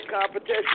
competition